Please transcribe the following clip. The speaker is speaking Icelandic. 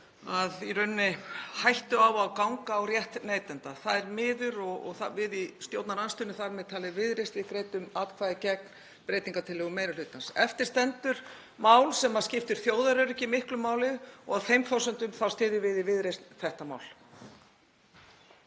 í sér hættu á að ganga á rétt neytenda. Það er miður og við í stjórnarandstöðunni, þar með talið Viðreisn, greiddum atkvæði gegn breytingartillögu meiri hlutans. Eftir stendur mál sem skiptir þjóðaröryggi miklu máli og á þeim forsendum styðjum við í Viðreisn þetta mál.